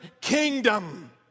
kingdom